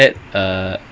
ya